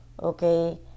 Okay